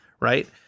Right